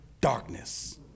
darkness